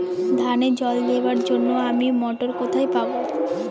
ধানে জল দেবার জন্য আমি মটর কোথায় পাবো?